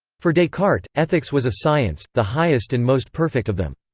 for descartes, ethics was a science, the highest and most perfect of them.